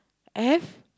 I have